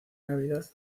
navidad